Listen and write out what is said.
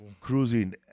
Cruising